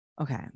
Okay